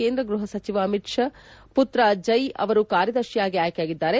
ಕೇಂದ್ರ ಗೃಹ ಸಚಿವ ಅಮಿತ್ ಶಾ ಋತ್ರ ಜಯ್ ಅವರು ಕಾರ್ಯದರ್ಶಿಯಾಗಿ ಆಯ್ಕೆಯಾಗಿದ್ದಾರೆ